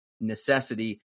necessity